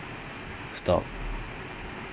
they laugh at you damn sad